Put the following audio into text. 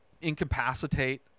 incapacitate